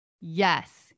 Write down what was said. Yes